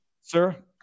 Sir